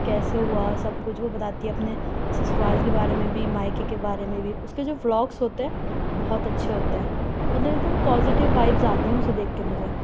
کیسے ہوا سب کچھ وہ بتاتی ہے اپنے سسرال کے بارے میں بھی مائیکے کے بارے میں بھی اس کے جو بلاگز ہوتے ہیں بہت اچھے ہوتے ہیں مطلب ایک دم پوزیٹیو وائبز آتی ہیں اسے دیکھ کے مجھے